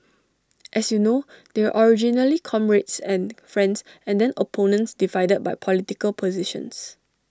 as you know they were originally comrades and friends and then opponents divided by political positions